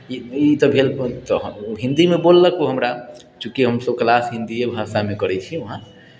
ई तऽ भेल हिन्दीमे ओ बोललक हमरा चूँकि हम सभ क्लास हिन्दिए भाषामे करैत छिऐ वहाँ